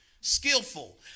skillful